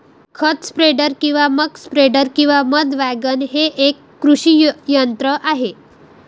खत स्प्रेडर किंवा muck spreader किंवा मध वॅगन हे एक कृषी यंत्र आहे